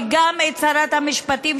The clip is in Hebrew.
וגם את שרת המשפטים,